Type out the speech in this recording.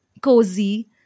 cozy